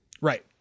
Right